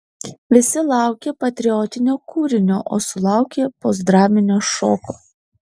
visi laukė patriotinio kūrinio o sulaukė postdraminio šoko